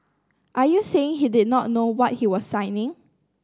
are you saying he did not know what he was signing